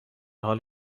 حال